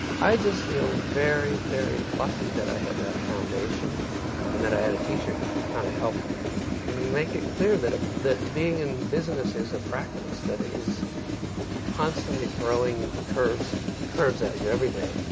i just feel very, very lucky that i had that foundation and that i had a teacher who could kind of help make it clear that ah that being in business is a practice, that it is constantly throwing curves curves at you every day,